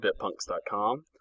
bitpunks.com